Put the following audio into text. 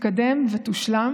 תתקדם ותושלם